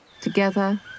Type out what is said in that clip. together